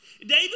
David